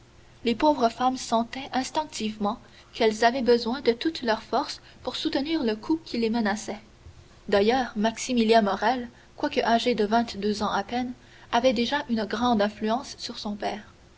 les pauvres femmes sentaient instinctivement qu'elles avaient besoin de toutes leurs forces pour soutenir le coup qui les menaçait d'ailleurs maximilien morrel quoique âgé de vingt-deux ans à peine avait déjà une grande influence sur son père